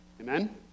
Amen